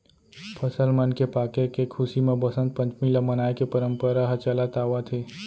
फसल मन के पाके के खुसी म बसंत पंचमी ल मनाए के परंपरा ह चलत आवत हे